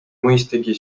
mõistagi